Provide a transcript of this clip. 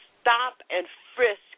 stop-and-frisk